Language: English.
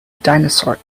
dinosaur